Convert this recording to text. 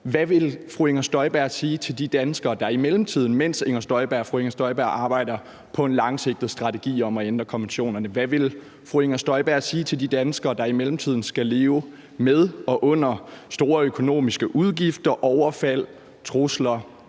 Hvad vil fru Inger Støjberg sige til de danskere, der i mellemtiden, mens fru Inger Støjberg arbejder på en langsigtet strategi om at ændre konventionerne, skal leve med og under store økonomiske udgifter, overfald, trusler,